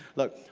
look,